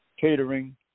catering